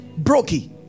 Brokey